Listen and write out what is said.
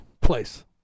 place